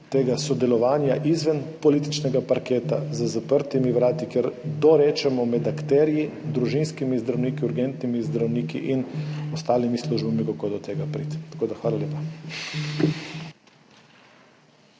tega sodelovanja izven političnega parketa za zaprtimi vrati, kjer bomo dorekli med akterji, družinskimi zdravniki, urgentnimi zdravniki in ostalimi službami, kako do tega priti. Hvala lepa.